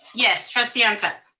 yes, trustee ah ntuk.